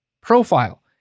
profile